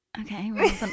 Okay